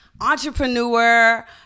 entrepreneur